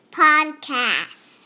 podcast